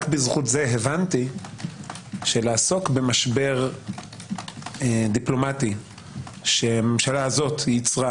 בזכות זה הבנתי שלעסוק במשבר דיפלומטי שהממשלה הזאת יצרה